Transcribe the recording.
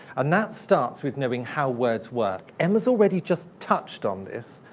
and that starts with knowing how words work. emma's already just touched on this.